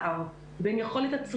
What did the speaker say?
אפשר להגיד גם מה לא קיים ותכף נתייחס לזה,